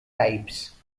types